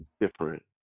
different